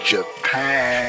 Japan